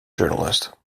journalist